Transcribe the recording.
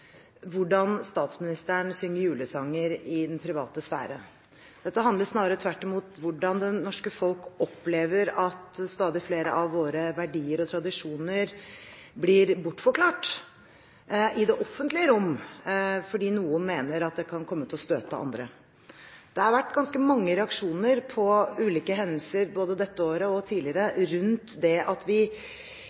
hvordan statsministeren synger julesanger i den private sfære. Dette handler snarere tvert imot om hvordan det norske folk opplever at stadig flere av våre verdier og tradisjoner blir bortforklart i det offentlige rom fordi noen mener at det kan komme til å støte andre. Det har vært ganske mange reaksjoner på ulike hendelser, både dette året og tidligere, om det at vi